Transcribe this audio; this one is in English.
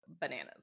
bananas